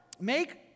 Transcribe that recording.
Make